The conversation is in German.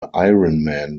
ironman